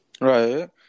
Right